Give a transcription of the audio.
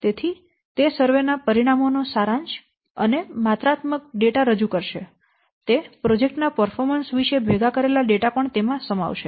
તેથી તે સર્વે ના પરિણામો નો સારાંશ અને માત્રાત્મક ડેટા રજૂ કરશે તે પ્રોજેક્ટ્સ ના પર્ફોર્મન્સ વિશે ભેગા કરેલા ડેટા પણ તેમાં સમાવશે